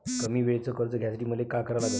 कमी वेळेचं कर्ज घ्यासाठी मले का करा लागन?